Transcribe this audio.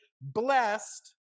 blessed